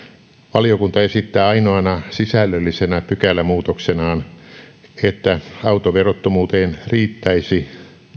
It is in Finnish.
valiokunta esittää ainoana sisällöllisenä pykälämuutoksenaan että autoverottomuuteen riittäisi